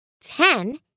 Ten